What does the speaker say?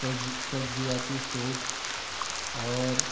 طرزیاتی سوچ اور